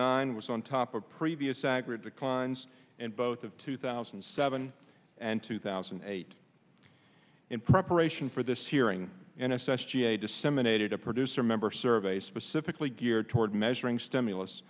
nine was on top of previous accurate declines in both of two thousand and seven and two thousand and eight in preparation for this hearing in s s g a disseminated a producer member survey specifically geared toward measuring stimulus